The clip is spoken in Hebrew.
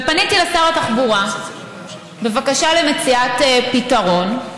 ופניתי לשר התחבורה בבקשה למציאת פתרון,